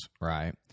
Right